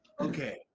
Okay